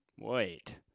Wait